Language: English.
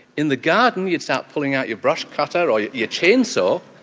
in the garden you'd start pulling out your brush cutter or your your chain saw,